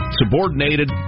subordinated